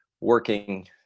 working